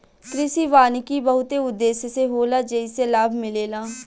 कृषि वानिकी बहुते उद्देश्य से होला जेइसे लाभ मिलेला